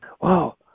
Wow